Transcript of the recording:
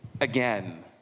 Again